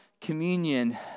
communion